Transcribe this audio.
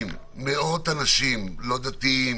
- לא דתיים,